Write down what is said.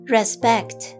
Respect